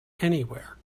anywhere